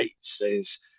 says